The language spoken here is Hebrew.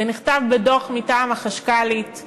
זה נכתב בדוח מטעם החשכ"לית,